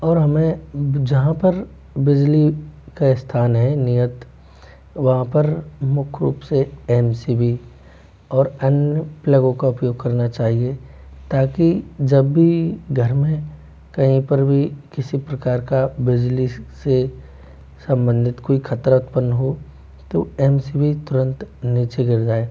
और हमें जहाँ पर बिजली का स्थान है नियत वहाँ पर मुख्य रूप से एम सी वी और एन प्लग का उपयोग करना चाहिए ताकि जब भी घर में कहीं पर भी किसी प्रकार का बिजली से संबंधित कोई ख़तरा उत्पन्न हो तो एम सी वी तुरंत नीचे गिर जाये